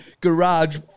garage